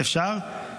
אפשר?